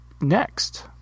next